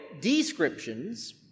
descriptions